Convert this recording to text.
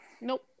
Nope